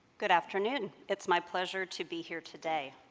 good afternoon. it's my pleasure to be here today.